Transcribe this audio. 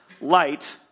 light